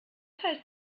heißt